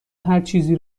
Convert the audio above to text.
هرچیزی